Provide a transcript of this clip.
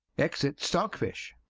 exit stockfish